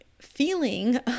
feeling